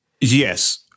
Yes